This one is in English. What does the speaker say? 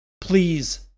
Please